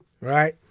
right